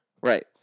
Right